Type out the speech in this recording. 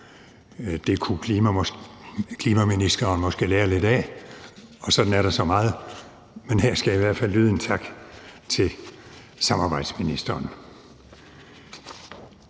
Det kunne klimaministeren måske lære lidt af, og sådan er der så meget, men her skal i hvert fald lyde en tak til samarbejdsministeren.